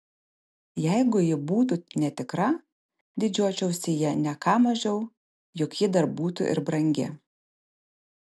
jeigu ji būtų netikra didžiuočiausi ja ne ką mažiau juk ji dar būtų ir brangi